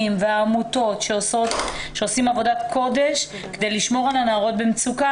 והעמותות שעושים עבודת קודש כדי לשמור על הנערות במצוקה,